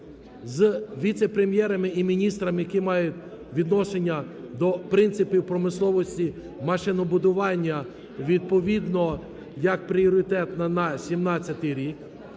з віце-прем'єрами і міністрами, які мають відношення до принципів промисловості, машинобудування відповідно як пріоритет на 2017 рік.